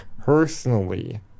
Personally